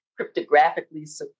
cryptographically